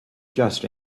just